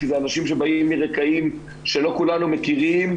כי אלה אנשים שבאים מרקעים שלא כולנו מכירים,